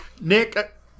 Nick